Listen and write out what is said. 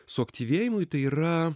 suaktyvėjimui tai yra